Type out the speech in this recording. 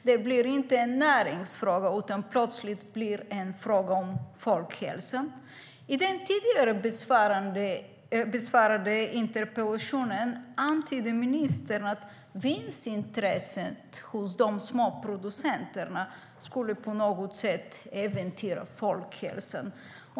Det blir inte en näringsfråga, utan plötsligt blir det en fråga om folkhälsa.I den tidigare interpellationsdebatten antydde ministern att vinstintresset hos de små producenterna på något sätt skulle äventyra folkhälsan.